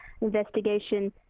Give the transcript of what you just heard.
investigation